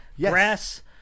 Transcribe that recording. grass